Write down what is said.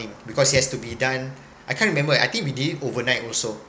because it has to be done I can't remember I think we did overnight also